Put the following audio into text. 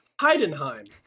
Heidenheim